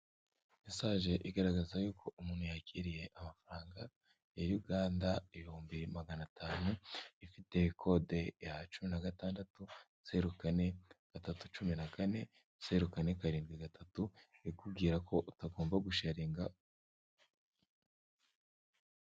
Mesaje igaragaza yuko umuntu yakiriye amafaranga ya Uganda ibihumbi magana atanu ifite kode ya cumi na gatandatu zeru kane gatatu cumi na kane zeru kane karindwi gatatu ikubwira ko utagomba gusheyaringa.